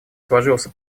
сложился